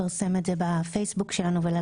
לפרסם ברושורים בעברית לא